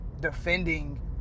defending